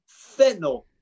fentanyl